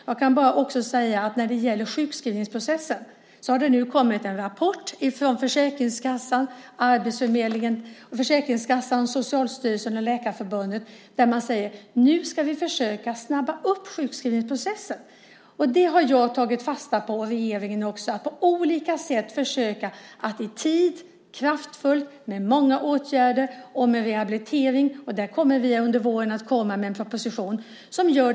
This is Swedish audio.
Jag kan bara säga att när det gäller sjukskrivningsprocessen har det nu kommit en rapport från Försäkringskassan, Socialstyrelsen och Läkarförbundet där man säger så här: Nu ska vi försöka snabba upp sjukskrivningsprocessen. Det har jag och regeringen tagit fasta på. Man ska försöka agera på olika sätt, i tid, kraftfullt, med många åtgärder och med rehabilitering - vi kommer med en proposition under våren.